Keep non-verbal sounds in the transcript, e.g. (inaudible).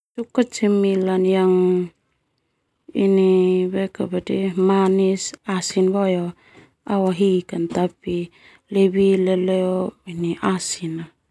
Cemilan ini (hesitation) manis asin boe au ahik tapi lebih leleo ini asin.